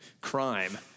crime